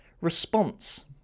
response